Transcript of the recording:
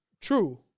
true